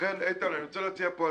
עיתונות מסוימת,